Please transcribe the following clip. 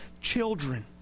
children